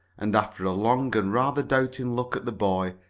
and, after a long and rather doubting look at the boy,